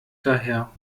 daher